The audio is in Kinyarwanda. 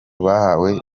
bahawe